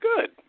good